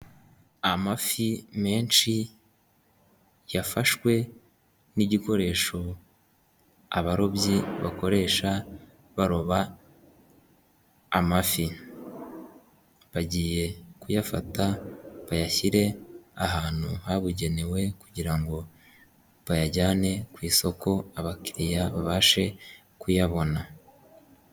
Amafi menshi yafashwe n'igikoresho abarobyi bakoresha baroba amafi. Bagiye kuyafata bayashyire ahantu habugenewe kugira ngo bayajyane ku isoko abakiriya babashe kuyabona.